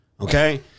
Okay